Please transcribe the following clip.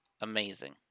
amazing